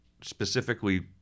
specifically